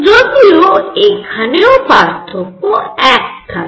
যদিও এখানেও পার্থক্য 1 থাকে